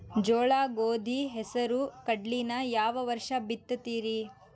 ಜೋಳ, ಗೋಧಿ, ಹೆಸರು, ಕಡ್ಲಿನ ಯಾವ ವರ್ಷ ಬಿತ್ತತಿರಿ?